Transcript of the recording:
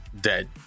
dead